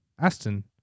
Aston